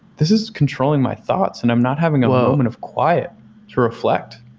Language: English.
this is controlling my thoughts and i'm not having a moment of quiet to reflect.